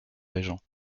régent